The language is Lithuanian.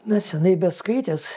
na seniai beskaitęs